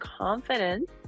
confidence